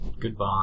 goodbye